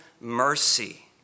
mercy